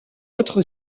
autre